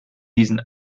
diesen